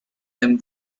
them